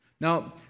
Now